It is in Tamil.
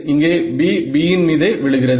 இங்கே B Bஇன் மீதே விழுகிறது